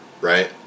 right